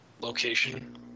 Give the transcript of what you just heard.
location